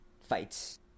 fights